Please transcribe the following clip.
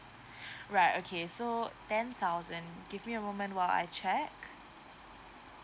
right okay so ten thousand give me a moment while I check